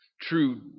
True